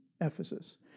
Ephesus